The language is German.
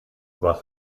was